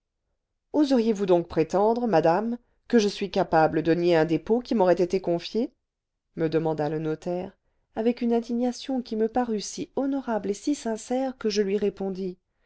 oseriez-vous donc prétendre madame que je suis capable de nier un dépôt qui m'aurait été confié me demanda le notaire avec une indignation qui me parut si honorable et si sincère que je lui répondis